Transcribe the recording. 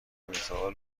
مثال